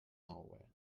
nowhere